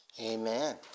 Amen